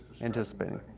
anticipating